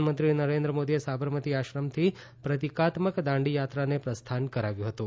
પ્રધાનમંત્રી નરેન્દ્ર મોદીએ સાબરમતી આશ્રમથી પ્રતિકાત્મક દાંડી યાત્રાને પ્રસ્થાન કરાવ્યુ હતું